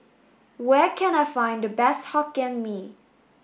where can I find the best Hokkien Mee